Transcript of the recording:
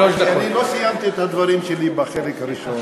לא סיימתי את הדברים שלי בחלק הראשון.